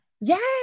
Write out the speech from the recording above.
yes